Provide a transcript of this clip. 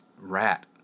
rat